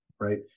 right